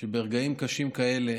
שברגעים קשים כאלה